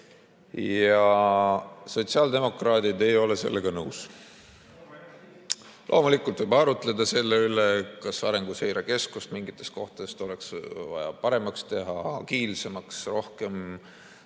Sotsiaaldemokraadid ei ole sellega nõus. Loomulikult võib arutleda selle üle, kas Arenguseire Keskust mingis mõttes oleks vaja paremaks, agiilsemaks teha, rohkem,